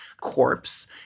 corpse